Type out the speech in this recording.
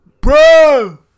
Bro